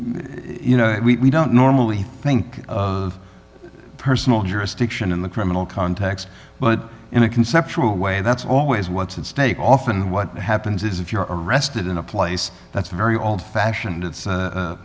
you know we don't normally think of personal jurisdiction in the criminal context but in a conceptual way that's always what's at stake often what happens if you're arrested in a place that's very old fashioned it's